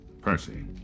Percy